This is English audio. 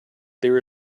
there